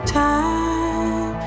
time